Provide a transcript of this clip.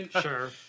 Sure